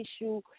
issue